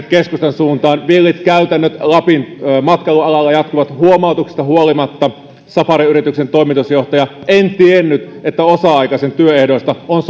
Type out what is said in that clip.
keskustan suuntaan villit käytännöt lapin matkailualalla jatkuvat huomautuksista huolimatta safariyrityksen toimitusjohtaja en tiennyt että osa aikaisen työehdoista on